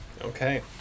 okay